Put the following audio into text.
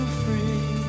free